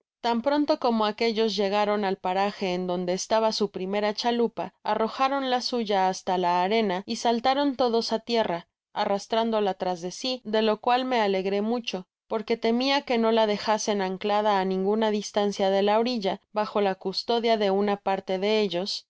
tan pronto como aquellos llegaron al paraje en donde estaba su primera chalupa arrojaron la suya hasta la arena y saltaron todos á tierra arrastrándola tras de sí de lo cual me alegré mucho porque temía que no la dejasen anclada á alguna distancia de la orilla bajo la custodia de una parte da ellos